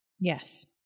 yes